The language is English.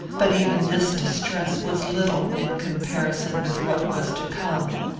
but even this distress was little in comparison with what was to come.